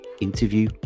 interview